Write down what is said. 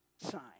sign